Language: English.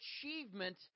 achievement